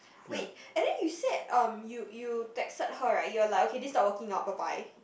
wait and then you said um you you texted her right you were like okay this not working out bye bye